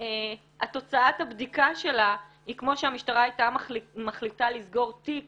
תוצאת הבדיקה שלה היא כמו שהמשטרה הייתה מחליטה לסגור תיק